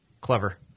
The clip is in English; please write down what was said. clever